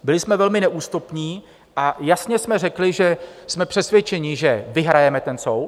Byli jsme velmi neústupní a jasně jsme řekli, že jsme přesvědčeni, že vyhrajeme ten soud.